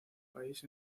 país